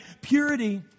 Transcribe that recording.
Purity